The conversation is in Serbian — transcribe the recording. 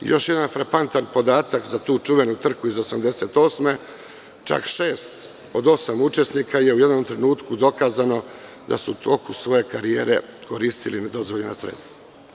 Još jedna frapantan podatak za tu čuvenu trku iz 1988. godine, čak 6 od 8 učesnika je u jednom trenutku, dokazano da su u toku svoje karijere koristili nedozvoljena sredstva.